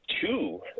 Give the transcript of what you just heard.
two